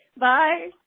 bye